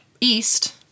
east